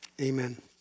amen